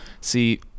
see